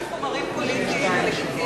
מה עם חומרים פוליטיים ולגיטימיים?